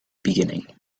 beginning